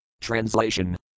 Translation